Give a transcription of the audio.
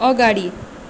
अगाडि